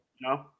No